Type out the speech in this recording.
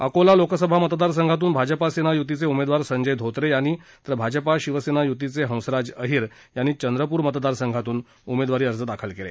अकोला लोकसभा मतदार संघातून भाजप शिवसेना यूतीचे उमेदवार संजय धोत्रे यांनी तर भाजप शिवसेना यूतीचे हंसराज अहीर यांनी चंद्रपूर मतदार संघातून आज उमेदवारी अर्ज दाखल केला